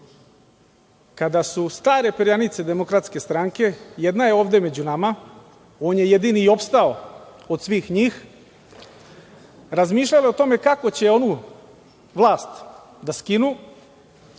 su stare perjanice DS-a, jedna je ovde među nama, on je jedini i opstao od svih njih, razmišljale o tome kako će ovu vlast da skinu,